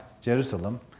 Jerusalem